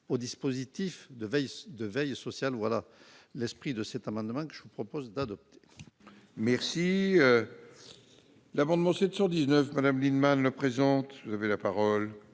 au dispositif de veille de veille sociale, voilà l'esprit de cet amendement que je vous propose d'adopter. Merci l'amendement 719 Madame Lienemann le présente, vous avez la parole.